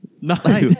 No